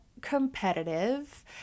competitive